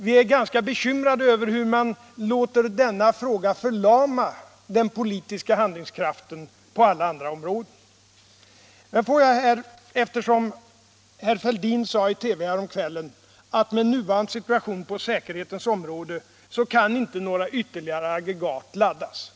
Vi är ganska bekymrade över hur ni låter denna fråga förlama den politiska handlingskraften på alla andra områden. Herr Fälldin sade i TV häromkvällen att i nuvarande situation på säkerhetens område kan inte några ytterligare aggregat laddas.